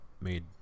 made